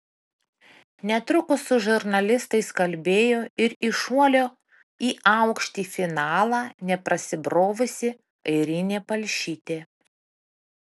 netrukus su žurnalistais kalbėjo ir į šuolio į aukštį finalą neprasibrovusi airinė palšytė